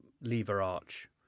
lever-arch